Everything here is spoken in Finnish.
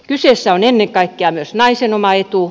kyseessä on ennen kaikkea myös naisen oma etu